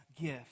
gift